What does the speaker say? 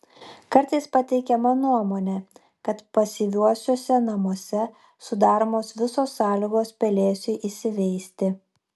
kartais pateikiama nuomonė kad pasyviuosiuose namuose sudaromos visos sąlygos pelėsiui įsiveisti